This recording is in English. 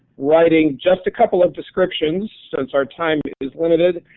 writing just a couple of descriptions, since our time is limited,